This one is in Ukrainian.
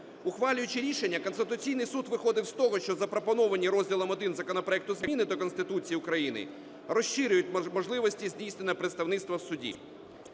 Ухвалюючи рішення, Конституційний Суд виходив з того, що запропоновані розділом І законопроекту зміни до Конституції України розширюють можливості здійснення представництва в суді.